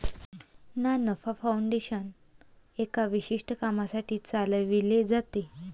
ना नफा फाउंडेशन एका विशिष्ट कामासाठी चालविले जाते